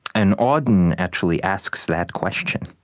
and auden actually asks that question.